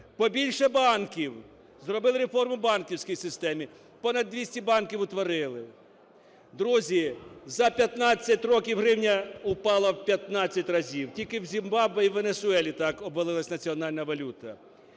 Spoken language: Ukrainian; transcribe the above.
Побільше банків. Зробили реформу в банківській системі - понад 200 банків утворили. Друзі, за 15 років гривня впала в 15 разів. Тільки в Зімбабве і Венесуелі так обвалилась національна валюта.